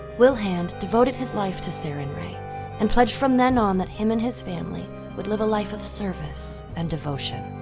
wilhand devoted his life to sarenrae and pledged from then on that him and his family would live a life of service and devotion.